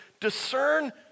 discern